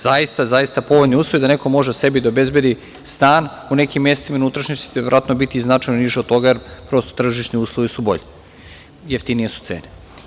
Zaista, zaista povoljni uslovi da neko može sebi da obezbedi stan po nekim mestima u unutrašnjosti će biti značajno niži od toga jer prosto tržišni uslovi su bolji, jeftinije su cene.